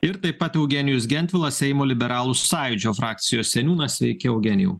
ir taip pat eugenijus gentvilas seimo liberalų sąjūdžio frakcijos seniūnas sveiki eugenijau